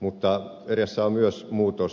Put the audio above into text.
mutta edessä on myös muutos rahoitusmarkkinoilla